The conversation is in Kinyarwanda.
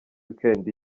weekend